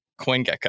CoinGecko